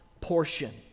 portion